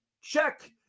check